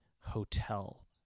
hotel